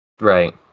Right